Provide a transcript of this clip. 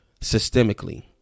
systemically